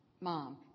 Mom